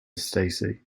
stacy